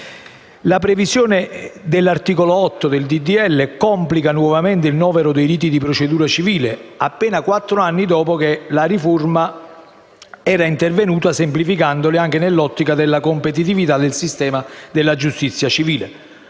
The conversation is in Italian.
La previsione dell'articolo 8 del disegno di legge complica nuovamente il novero dei riti di procedura civile, appena quattro anni dopo che una riforma era intervenuta semplificandoli, anche nell'ottica della competitività del sistema della giustizia civile.